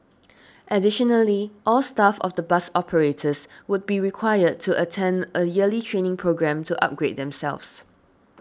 additionally all staff of the bus operators would be required to attend a yearly training programme to upgrade themselves